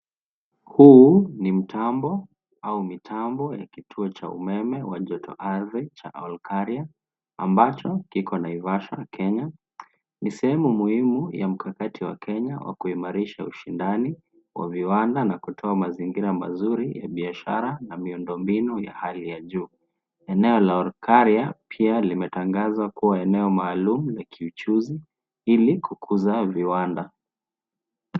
Huu ni mtambo au mitambo ya kituo cha umeme wa joto-ardhi cha Olkaria, ambacho kiko Naivasha, Kenya. Ni sehemu muhimu ya mkakati wa Kenya wa kuimarisha ushindani wa viwanda na kutoa mazingira mazuri ya biashara na miundo mbinu ya hali ya juu. Eneo la Olkaria, pia limetangazwa kua eneo maalumu ya kiuchuzi, ili kukuza viwanda.